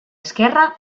esquerra